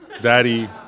Daddy